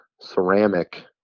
ceramic